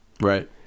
right